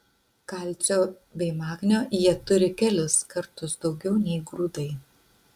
kalcio bei magnio jie turi kelis kartus daugiau nei grūdai